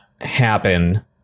happen